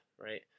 right